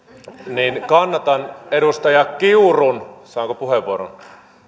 niin kannatan edustaja kiurun saanko puheenvuoron